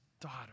daughter